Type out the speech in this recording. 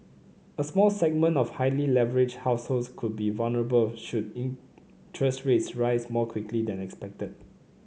a small segment of highly leveraged households could be vulnerable should interest rates rise more quickly than expected